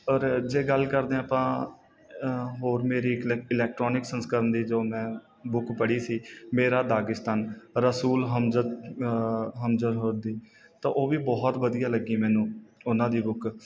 ਔਰ ਜੇ ਗੱਲ ਕਰਦੇ ਹਾਂ ਆਪਾਂ ਹੋਰ ਮੇਰੀ ਇਕਲੈਕਟ ਇਲੈਕਟਰੋਨਿਕ ਸੰਸਕਰਨ ਦੀ ਜੋ ਮੈਂ ਬੁੱਕ ਪੜ੍ਹੀ ਸੀ ਮੇਰਾ ਦਾਗਿਸਤਾਨ ਰਸੂਲ ਹਮਜਦ ਹਮਜਦਹੁਰ ਦੀ ਤਾਂ ਉਹ ਵੀ ਬਹੁਤ ਵਧੀਆ ਲੱਗੀ ਮੈਨੂੰ ਉਹਨਾਂ ਦੀ ਬੁੱਕ